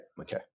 okay